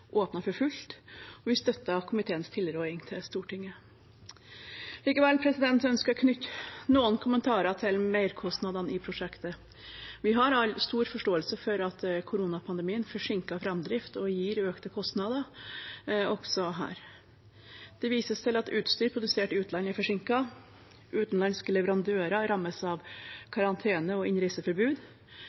for fullt, og vi støtter komiteens tilrådning til Stortinget. Likevel ønsker jeg å knytte noen kommentarer til merkostnadene i prosjektet. Vi har alle stor forståelse for at koronapandemien forsinker framdriften og gir økte kostnader, også her. Det vises til at utstyr produsert i utlandet er forsinket, at utenlandske leverandører rammes av karantene og innreiseforbud,